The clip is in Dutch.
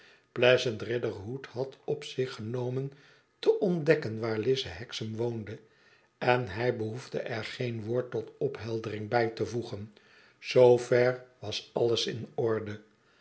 pleasant riderhood had op zich genomen te ontdekken waar lize hexam woonde en hij behoefde er geen woord tot opheldering bij te voegen zoo ver was alles in orde